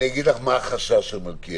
אני אגיד לך מה החשש של מלכיאלי.